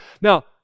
Now